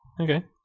Okay